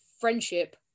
friendship